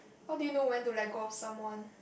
how do you know when to let go of someone